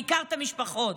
בעיקר את המשפחות.